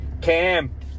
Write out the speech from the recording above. Cam